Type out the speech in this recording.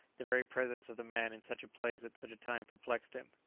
the very presence of the man in such a place at such a time perplexed him.